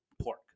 Pork